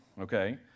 okay